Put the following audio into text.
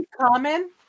common